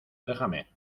déjame